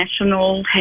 national